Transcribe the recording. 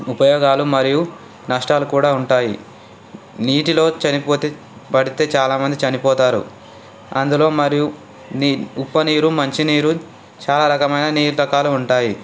ఉపయోగాలు మరియు నష్టాలు కూడా ఉంటాయి నీటిలో చనిపోతే పడితే చాలామంది చనిపోతారు అందులో మరియు నీ ఉప్పునీరు మంచినీరు చాలా రకమైన నీటి రకాలు ఉంటాయి